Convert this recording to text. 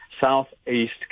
south-east